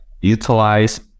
utilize